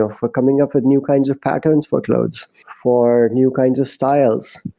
ah for coming up with new kinds of patents for clothes, for new kinds of styles.